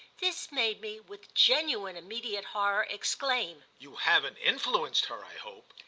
this made me, with genuine immediate horror, exclaim you haven't influenced her, i hope!